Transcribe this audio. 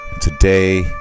Today